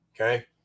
Okay